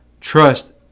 trust